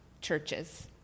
churches